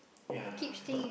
yeah